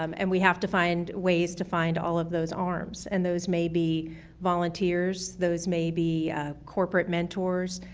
um and we have to find ways to find all of those arms, and those may be volunteers. those may be corporate mentors.